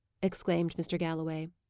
exclaimed mr. galloway.